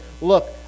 Look